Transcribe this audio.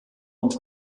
und